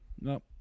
no